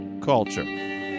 Culture